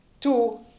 two